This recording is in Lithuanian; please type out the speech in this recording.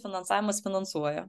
finansavimas finansuoja